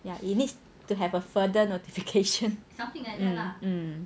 ya it needs to have a further notification um um